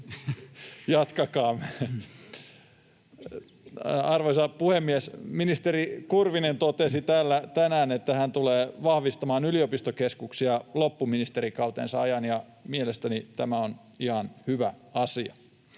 jatkakaamme. Arvoisa puhemies! Ministeri Kurvinen totesi täällä tänään, että hän tulee vahvistamaan yliopistokeskuksia loppuministerikautensa ajan, ja mielestäni tämä on ihan hyvä asia.